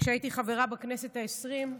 כשהייתי חברה בכנסת העשרים,